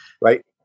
Right